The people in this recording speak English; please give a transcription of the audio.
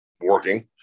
working